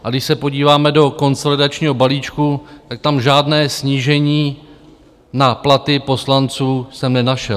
A když se podíváme do konsolidačního balíčku, tak jsem tam žádné snížení na platy poslanců nenašel.